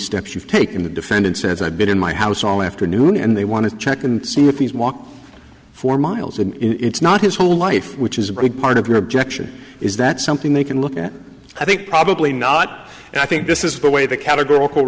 steps you've taken the defendant says i've been in my house all afternoon and they want to check and see if he's walked four miles in it's not his whole life which is a great part of your objection is that something they can look at i think probably not and i think this is the way the categor